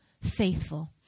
faithful